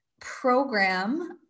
program